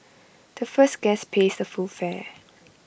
the first guest pays the full fare